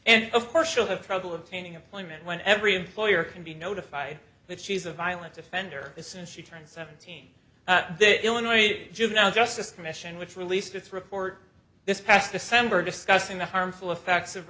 and of course she'll have trouble obtaining employment when every employer can be notified that she's a violent offender as soon as she turned seventeen the illinois juvenile justice commission which released its report this past december discussing the harmful effects of